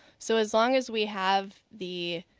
so as long as we have the